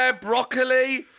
Broccoli